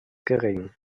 gering